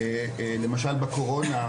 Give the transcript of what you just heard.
למשל בקורונה,